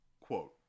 Quote